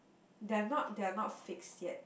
they are not they are not fixed yet